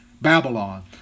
Babylon